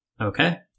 Okay